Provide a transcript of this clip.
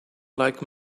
like